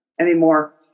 anymore